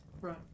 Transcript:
Right